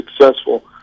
successful